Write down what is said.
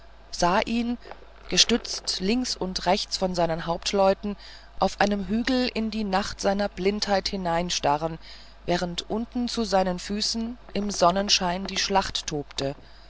sah ihn gestützt links und rechts von seinen hauptleuten auf einem hügel in die nacht seiner blindheit hineinstarren während unten zu seinen füßen im sonnenschein die schlacht tobte